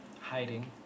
hiding